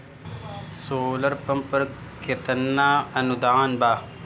Solar pump पर केतना अनुदान बा?